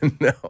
No